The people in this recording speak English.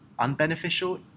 unbeneficial